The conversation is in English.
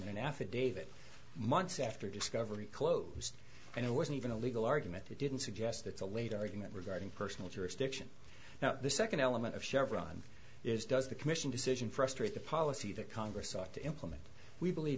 an affidavit months after discovery closed and it wasn't even a legal argument they didn't suggest it's a late argument regarding personal jurisdiction now the second element of chevron is does the commission decision frustrate the policy that congress ought to implement we believe